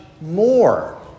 more